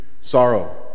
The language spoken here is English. sorrow